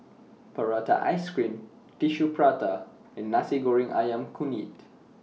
Prata Ice Cream Tissue Prata and Nasi Goreng Ayam Kunyit